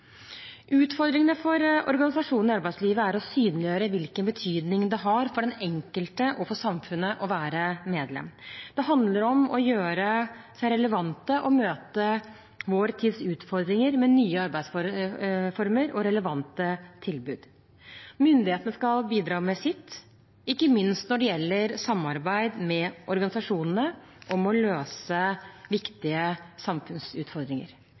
Utfordringene for organisasjonene i arbeidslivet er å synliggjøre hvilken betydning det har for den enkelte og for samfunnet å være medlem. Det handler om å gjøre seg relevante og møte vår tids utfordringer med nye arbeidsformer og relevante tilbud. Myndighetene skal bidra med sitt, ikke minst når det gjelder samarbeid med organisasjonene om å løse viktige samfunnsutfordringer.